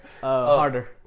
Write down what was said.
harder